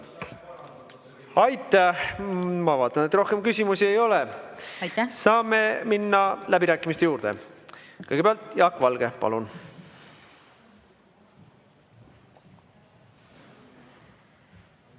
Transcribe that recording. Aitäh! Ma vaatan, et rohkem küsimusi ei ole, saame minna läbirääkimiste juurde. Kõigepealt Jaak Valge, palun!